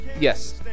Yes